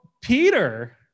Peter